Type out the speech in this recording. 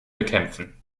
bekämpfen